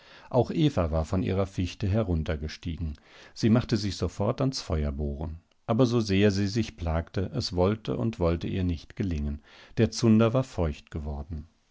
auch eva war von ihrer fichte heruntergestiegen sie machte sich sofort ans feuerbohren aber so sehr sie sich plagte es wollte und wollte ihr nicht gelingen der zunder war feucht geworden